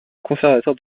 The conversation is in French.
conservatoire